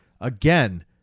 Again